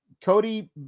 Cody